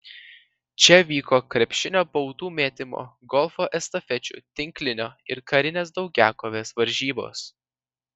čia vyko krepšinio baudų mėtymo golfo estafečių tinklinio ir karinės daugiakovės varžybos